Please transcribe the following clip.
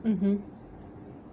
mmhmm